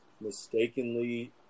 mistakenly